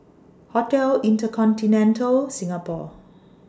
Hotel InterContinental Singapore